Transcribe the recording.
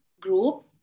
Group